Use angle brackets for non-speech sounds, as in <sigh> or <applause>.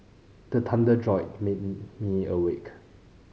the thunder jolt <unintelligible> me awake